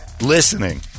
listening